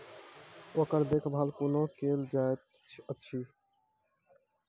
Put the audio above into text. ओकर देखभाल कुना केल जायत अछि?